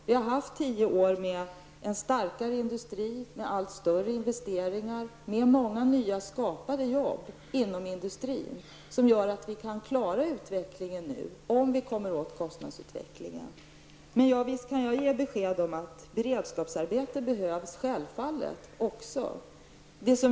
Vi har haft tio år med en starkare industri, med allt större investeringar och med många nya skapade jobb inom industrin som gör att vi kan klara utvecklingen nu om vi kommer åt kostnadsutvecklingen. Men visst kan jag ge besked om att beredskapsarbeten självfallet också behövs.